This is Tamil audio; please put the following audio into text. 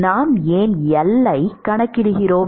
நாம் ஏன் L ஐக் கணக்கிடுகிறோம்